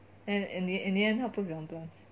and in the in the end he puts you on to us